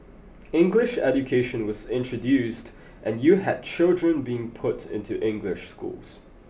English education was introduced and you had children being put into English schools